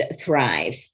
thrive